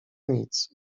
nic